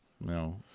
No